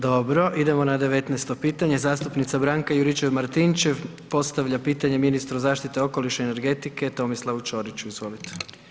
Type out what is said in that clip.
Dobro, idemo na 19-esto pitanje, zastupnica Branka Juričev-Martinčev postavlja pitanje ministru zaštite okoliša i energetike Tomislavu Ćoriću, izvolite.